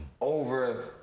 over